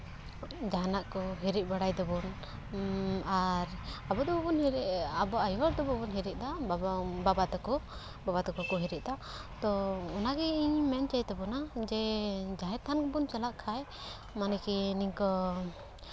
ᱡᱟᱦᱟᱱᱟᱜ ᱠᱚ ᱦᱤᱨᱤᱡ ᱵᱟᱲᱟᱭ ᱫᱟᱵᱚᱱ ᱟᱨ ᱟᱵᱚ ᱫᱚ ᱵᱟᱵᱚᱱ ᱦᱤᱨᱤᱡ ᱟᱵᱚ ᱟᱹᱭᱩ ᱦᱚᱲ ᱫᱚ ᱵᱟᱵᱚᱱ ᱦᱤᱨᱤᱡ ᱫᱟ ᱵᱟᱵᱟ ᱛᱟᱠᱚᱠᱚ ᱵᱟᱵᱟ ᱛᱟᱠᱚ ᱠᱚ ᱦᱤᱡᱨᱤᱡ ᱫᱟ ᱛᱳ ᱚᱱᱟᱜᱮ ᱤᱧ ᱢᱮᱱ ᱦᱚᱪᱚᱭ ᱛᱟᱵᱚᱱᱟ ᱡᱮ ᱡᱟᱦᱮᱨ ᱛᱷᱟᱱ ᱵᱚᱱ ᱪᱟᱞᱟᱜ ᱠᱷᱟᱱ ᱢᱟᱱᱮᱠᱤ ᱱᱤᱝᱠᱟᱹ